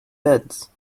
beds